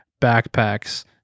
backpacks